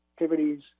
activities